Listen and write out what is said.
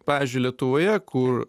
pavyzdžiui lietuvoje kur